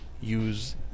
use